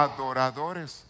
Adoradores